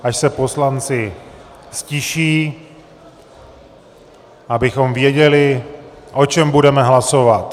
Až se poslanci ztiší, abychom věděli, o čem budeme hlasovat.